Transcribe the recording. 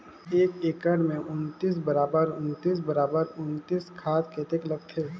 एक एकड़ मे उन्नीस बराबर उन्नीस बराबर उन्नीस खाद कतेक लगथे?